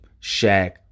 Shaq